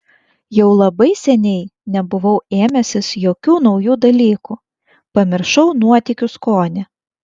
jau labai seniai nebuvau ėmęsis jokių naujų dalykų pamiršau nuotykių skonį